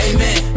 Amen